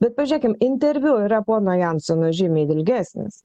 bet pažiūrėkim interviu yra pono jansono žymiai ilgesnis